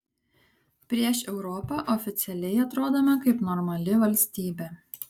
prieš europą oficialiai atrodome kaip normali valstybė